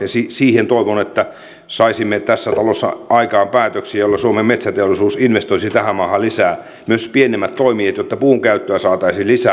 ja siihen toivon että saisimme tässä talossa aikaan päätöksiä jolloin suomen metsäteollisuus investoisi tähän maahan lisää myös pienemmät toimijat jotta puun käyttöä saataisiin lisää